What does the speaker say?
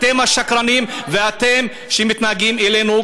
אתם השקרנים ואתם שמתנהגים אלינו